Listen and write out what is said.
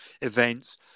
events